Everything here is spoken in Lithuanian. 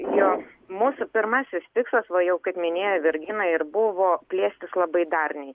jo mūsų pirmasis tikslas va jau kaip minėjo vergina ir buvo plėstis labai darniai